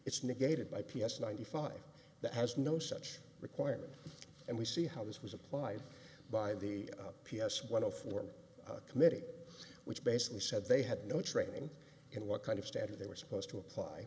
it's negated by p s ninety five that has no such requirement and we see how this was applied by the p s one zero four committee which basically said they had no training in what kind of standard they were supposed to apply